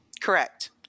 Correct